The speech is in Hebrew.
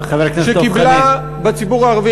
שקיבלה בציבור הערבי,